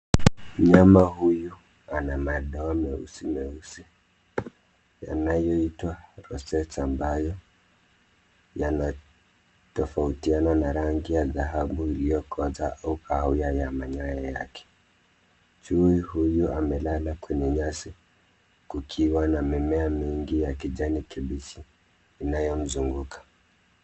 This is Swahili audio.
Mnyama huyu ana madoa meusi meusi yanayoitwa rossettes ambayo yanatofautiana na rangi ya dhahabu iliyokoza au kahawia ya manyoya yake. Chui huyu amelala kwenye nyasi kukiwa na mimea mingi ya kijani kibichi inayomzunguka.